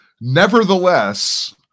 Nevertheless